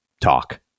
talk